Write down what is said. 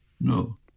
No